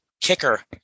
kicker